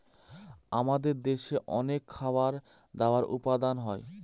আমাদের দেশে অনেক খাবার দাবার উপাদান হয়